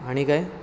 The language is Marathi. आणि काय